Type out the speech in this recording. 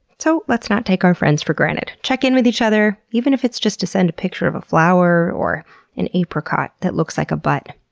so, let's not take our friends for granted. check in with each other, even if it's just to send a picture of a flower, or an apricot that looks like a butt.